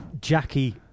Jackie